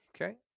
Okay